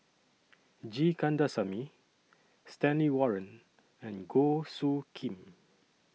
G Kandasamy Stanley Warren and Goh Soo Khim